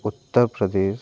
Uttar Pradesh